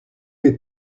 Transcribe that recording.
les